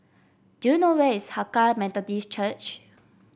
do you know where is Hakka Methodist Church